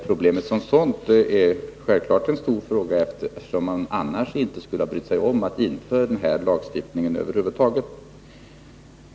Problemet som sådant är självfallet en stor fråga, eftersom man inte annars skulle ha brytt sig om att införa den här lagstiftningen över huvud taget.